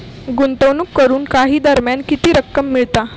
गुंतवणूक करून काही दरम्यान किती रक्कम मिळता?